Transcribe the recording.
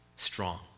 Strong